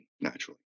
naturally